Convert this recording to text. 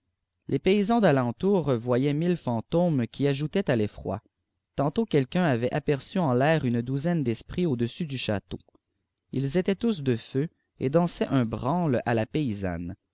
les paysans dalenlour voyaient raille fantômes qui ajoutaient à l'effroi tantôt quelqu'un avait aperçuen laâr i ouzaine d'esprits au-dessus du château ils étaient tous de feu et dansaient un branle à la paysanne